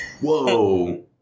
Whoa